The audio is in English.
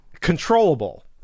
controllable